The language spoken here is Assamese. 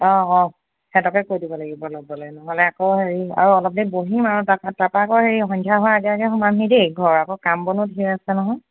অঁ অঁ সিহঁতকে কৈ দিব লাগিব ল'বলৈ নহ'লে আকৌ হেৰি আৰু অলপ দেৰি বহিম আৰু তাত তাৰপৰা আকৌ এই সন্ধিয়া হোৱা আগে আগে সোমামহি দেই ঘৰ আকৌ কাম বনো ধেৰ আছে নহয়